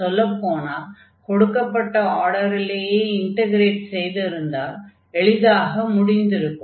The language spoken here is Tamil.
சொல்லப் போனால் கொடுக்கப்பட்ட ஆர்டரிலேயே இன்டக்ரேட் செய்திருந்தால் எளிதாக முடிந்திருக்கும்